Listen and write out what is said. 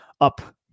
up